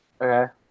Okay